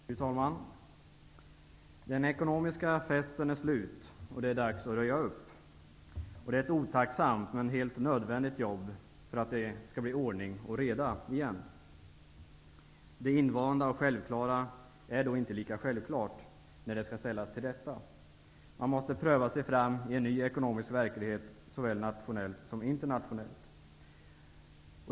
Fru talman! Den ekonomiska festen är slut, och det är dags att röja upp. Det är ett otacksamt, men nödvändigt, jobb för att det skall bli ordning och reda igen. Det invanda och självklara är inte lika självklart när det skall ställas till rätta. Man måste pröva sig fram i en ny ekonomisk verklighet såväl nationellt som internationellt.